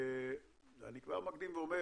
אני כבר מקדים ואומר